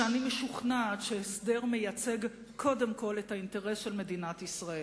שאני משוכנעת שהסדר מייצג קודם כול את האינטרס של מדינת ישראל,